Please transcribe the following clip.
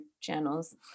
channels